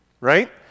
Right